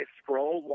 scroll